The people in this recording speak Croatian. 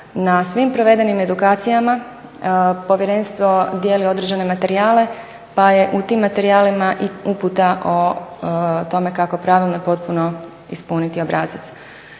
Na svim provedenim edukacijama Povjerenstvo dijeli određene materijale pa je u tim materijalima i uputa o tome kako pravilno i potpuno ispuniti obrazac.